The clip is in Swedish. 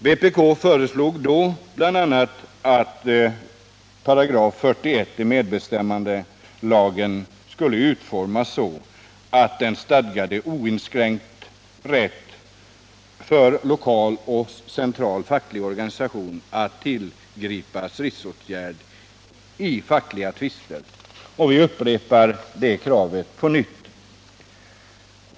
Vpk föreslog då bl.a. att 41 § i medbestämmandelagen skulle utformas så, att den stadgade oinskränkt rätt för lokal och central facklig organisation att tillgripa stridsåtgärder i fackliga tvister. Vi upprepar det kravet på nytt.